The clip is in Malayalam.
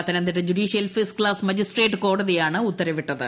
Pathanamthitta judicial first class magistrate കോടതിയാണ് ഉത്തരവിട്ടത്